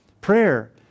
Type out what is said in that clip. Prayer